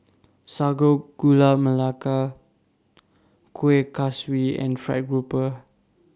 Sago Gula Melaka Kuih Kaswi and Fried Grouper